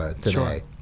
today